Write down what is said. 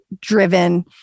driven